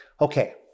Okay